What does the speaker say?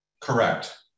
Correct